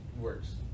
works